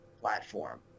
platform